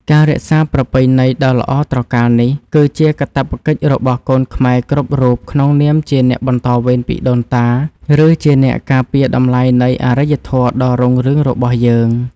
ការរក្សាប្រពៃណីដ៏ល្អត្រកាលនេះគឺជាកាតព្វកិច្ចរបស់កូនខ្មែរគ្រប់រូបក្នុងនាមជាអ្នកបន្តវេនពីដូនតា ឬជាអ្នកការពារតម្លៃនៃអរិយធម៌ដ៏រុងរឿងរបស់យើង។